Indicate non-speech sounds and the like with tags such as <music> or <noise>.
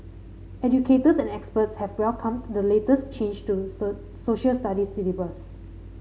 educators and experts have welcomed the latest change to <unintelligible> Social Studies syllabus